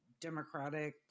democratic